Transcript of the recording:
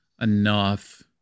enough